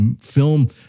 film